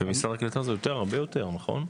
במשרד הקליטה זה הרבה יותר, נכון?